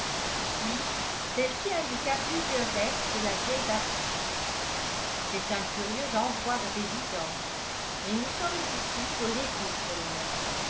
puis celle-ci indiqua plusieurs restes de la vieille bâtisse c'est un curieux endroit de résidence mais nous sommes ici pour l'été seulement